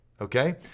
Okay